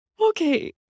Okay